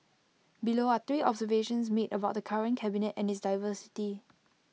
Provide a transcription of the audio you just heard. below are three observations made about the current cabinet and its diversity